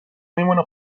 میمونه